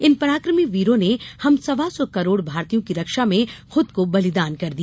इन पराक्रमी वीरों ने हम सवा सौ करोड़ भारतीयों की रक्षा में खूद का बलिदान दे दिया